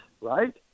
right